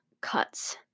cuts